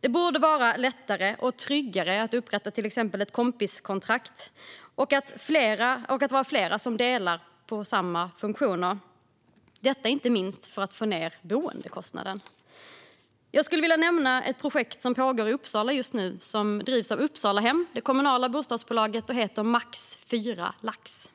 Det borde vara lättare och tryggare att upprätta till exempel kompiskontrakt och att vara flera som delar på samma funktioner, inte minst för att få ned boendekostnaden. Jag skulle vilja nämna ett projekt som pågår i Uppsala just nu och som drivs av det kommunala bostadsbolaget Uppsalahem. Det heter Max 4 Lax.